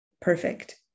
perfect